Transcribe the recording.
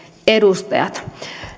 edustajat